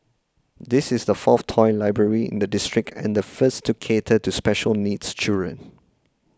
this is the fourth toy library in the district and the first to cater to special needs children